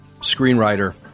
screenwriter